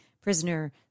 Prisoner